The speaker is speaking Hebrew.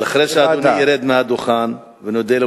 אז אחרי שאדוני ירד מהדוכן ונודה לו